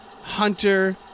Hunter